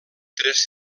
tres